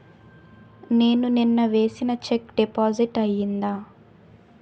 నేను నిన్న వేసిన చెక్ డిపాజిట్ అయిందా?